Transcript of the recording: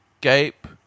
gape